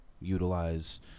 utilize